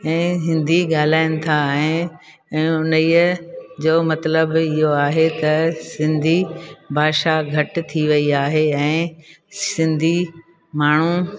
ऐं हिंदी ॻाल्हाइनि था ऐं हुन इनजो मतलबु इहो आहे त सिंधी भाषा घटि थी वेई आहे ऐं ऐं सिंधी माण्हू